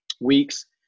Weeks